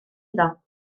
iddo